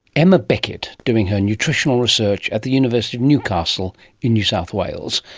emma beckett, doing her nutritional research at the university of newcastle in new south wales.